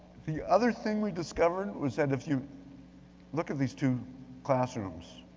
the other thing we discovered was that if you look at these two classrooms,